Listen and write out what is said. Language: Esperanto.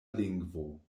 lingvo